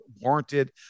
warranted